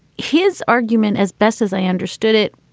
his argument, as best as i understood it,